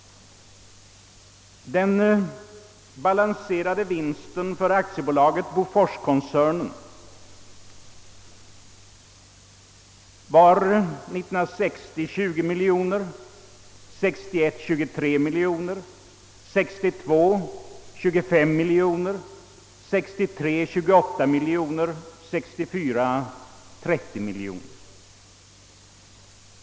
Den balanserade vinsten för Boforskoncernen var 1960 20 miljoner, 1961 23 miljoner, 1962 25 miljoner, 1963 28 miljoner och 1964 30 miljoner kronor.